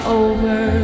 over